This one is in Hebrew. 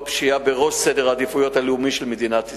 והפשיעה בראש סדר העדיפות של מדינת ישראל.